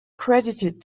credited